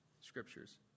scriptures